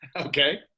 Okay